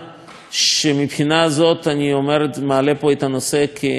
מהבחינה הזאת אני מעלה את הנושא כנושא למחשבה.